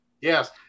Yes